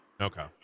Okay